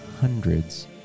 hundreds